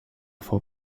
for